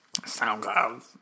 SoundCloud